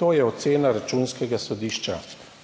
To je ocena Računskega sodišča,